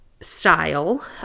style